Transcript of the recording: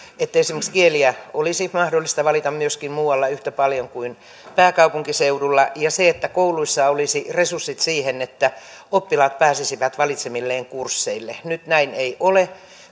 että esimerkiksi kieliä olisi mahdollista valita myöskin muualla yhtä paljon kuin pääkaupunkiseudulla ja että kouluissa olisi resurssit siihen että oppilaat pääsisivät valitsemilleen kursseille nyt näin ei ole